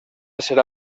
serà